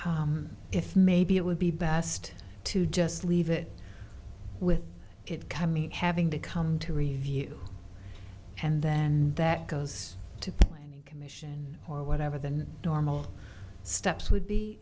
if maybe it would be best to just leave it with it can mean having to come to review and then that goes to plan a commission or whatever than normal steps would be